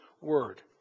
word